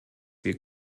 wir